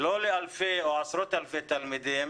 ובוודאי לא לאלפי או לעשרות אלפי תלמידים,